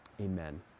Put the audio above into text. amen